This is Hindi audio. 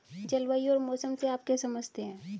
जलवायु और मौसम से आप क्या समझते हैं?